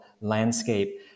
landscape